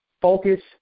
Focus